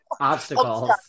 Obstacles